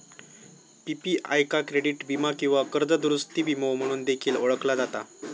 PPI का credit वीमा किंवा कर्ज दुरूस्ती विमो म्हणून देखील ओळखला जाता